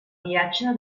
viatge